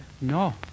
No